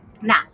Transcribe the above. Now